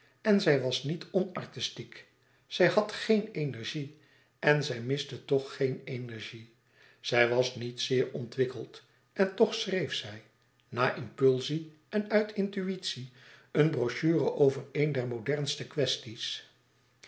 en zij was niet onartistiek zij had geen energie en zij miste toch geen energie zij was niet zeer ontwikkeld en toch schreef zij na impulsie en uit intuïtie een brochure over een der modernste kwesties's